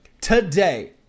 Today